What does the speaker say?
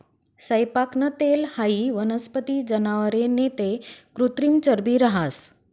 सैयपाकनं तेल हाई वनस्पती, जनावरे नैते कृत्रिम चरबी रहास